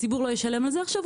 הציבור לא ישלם על זה עכשיו,